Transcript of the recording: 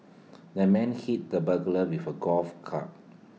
the man hit the burglar with A golf club